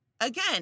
again